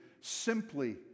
simply